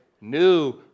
new